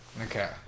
Okay